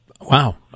Wow